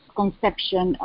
conception